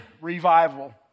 revival